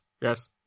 yes